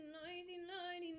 1999